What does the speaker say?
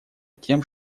тем